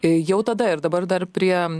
jau tada ir dabar dar prie